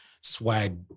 swag